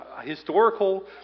historical